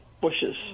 bushes